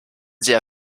sehr